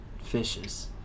fishes